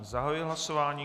Zahajuji hlasování.